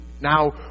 now